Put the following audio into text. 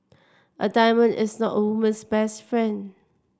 a diamond is not a woman's best friend